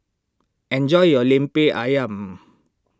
enjoy your Lemper Ayam